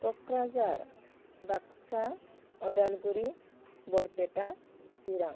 Kokrajhar Baksa Udalguri Barpeta Chirang